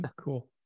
Cool